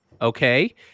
Okay